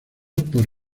por